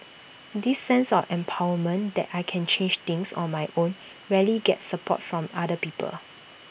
this sense of empowerment that I can change things on my own rarely gets support from other people